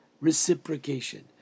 reciprocation